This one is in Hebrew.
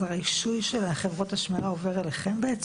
אז הרישוי של חברות השמירה עובר אליכם בעצם?